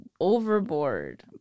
overboard